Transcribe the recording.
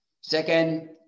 Second